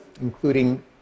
including